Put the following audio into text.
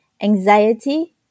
anxiety